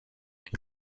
and